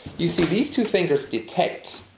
you see, these two fingers detect